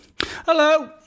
Hello